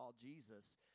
Jesus